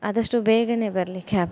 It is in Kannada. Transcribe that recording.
ಆದಷ್ಟು ಬೇಗ ಬರಲಿ ಕ್ಯಾಬ್